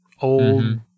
old